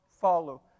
follow